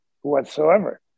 whatsoever